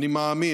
אני מאמין